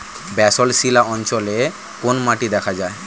Basalt শিলা অঞ্চলে কোন মাটি দেখা যায়?